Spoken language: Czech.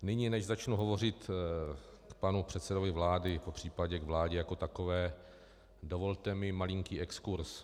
Nyní, než začnu hovořit k panu předsedovi vlády, popř. k vládě jako takové, dovolte mi malinký exkurz.